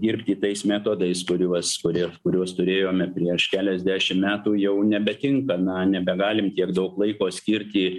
dirbti tai metodais kuriuos kurie kuriuos turėjome prieš keliasdešim metų jau nebetinka na nebegalim tiek daug laiko skirti